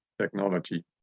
technology